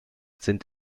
sind